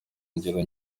ngero